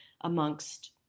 amongst